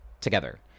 together